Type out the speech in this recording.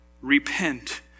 Repent